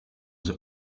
the